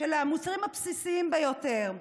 של המוצרים הבסיסיים ביותר.